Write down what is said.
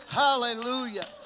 hallelujah